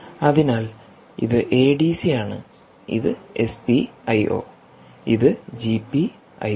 അതിനാൽ ഇത് എഡിസി ആണ് ഇത് എസ്പിഐഒ ഇത് ജിപിഐഒ